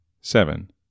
seven